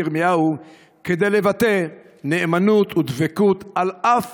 ירמיהו כדי לבטא נאמנות ודבקות על אף